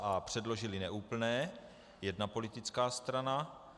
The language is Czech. a) předložily neúplné 1 politická strana,